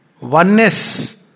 Oneness